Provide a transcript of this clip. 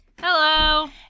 Hello